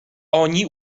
oni